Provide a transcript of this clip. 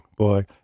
Boy